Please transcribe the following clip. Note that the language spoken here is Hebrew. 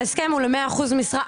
ההסכם הוא ל-100% משרה.